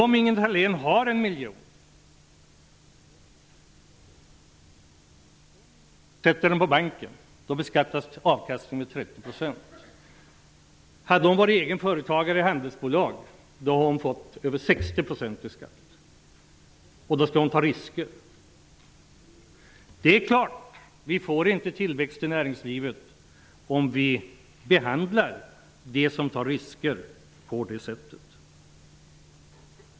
Om Ingela Thalén har en miljon och sätter in den på banken, beskattas avkastningen med 30 %. Hade hon varit egen företagare i handelsbolag, hade hon fått betala över 60 % i skatt, och då skall hon också ta risker. Vi får inte tillväxt i näringslivet om vi behandlar dem som tar risker på det sättet.